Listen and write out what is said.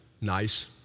nice